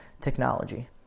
technology